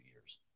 years